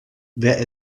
wer